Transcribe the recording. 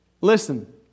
Listen